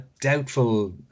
doubtful